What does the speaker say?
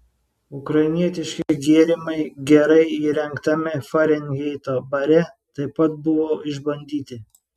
ukrainietiški gėrimai gerai įrengtame farenheito bare taip pat buvo išbandyti